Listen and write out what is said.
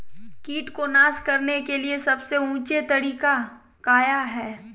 किट को नास करने के लिए सबसे ऊंचे तरीका काया है?